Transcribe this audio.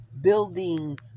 building